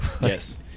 Yes